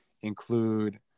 include